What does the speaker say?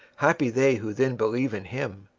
happy they who then believe in him!